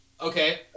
Okay